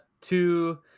two